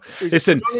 Listen